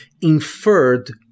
inferred